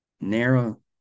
narrow